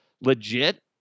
legit